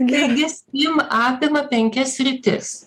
taigi stim apima penkias sritis